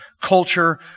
culture